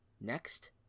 next